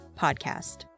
podcast